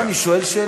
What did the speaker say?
לא, אני שואל שאלה.